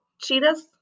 cheetahs